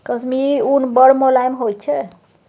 कश्मीरी उन बड़ मोलायम होइ छै